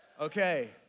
Okay